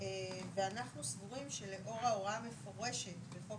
ואנחנו סבורים שלאור ההוראה המפורשת בחוק